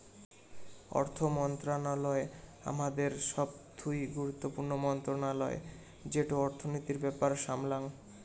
অর্থ মন্ত্রণালয় হামাদের সবথুই গুরুত্বপূর্ণ মন্ত্রণালয় যেটো অর্থনীতির ব্যাপার সামলাঙ